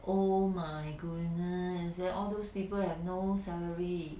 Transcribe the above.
oh my goodness then all those people have no salary